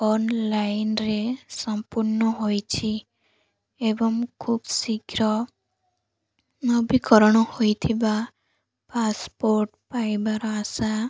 ଅନଲାଇନ୍ରେ ସମ୍ପୂର୍ଣ୍ଣ ହୋଇଛି ଏବଂ ଖୁବ ଶୀଘ୍ର ନବୀକରଣ ହୋଇଥିବା ପାସ୍ପୋର୍ଟ ପାଇବାର ଆଶା